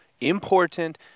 important